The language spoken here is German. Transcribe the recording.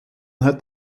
hat